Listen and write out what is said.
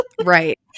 Right